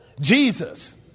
Jesus